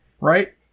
right